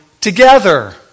together